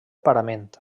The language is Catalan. parament